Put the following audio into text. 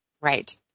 Right